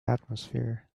atmosphere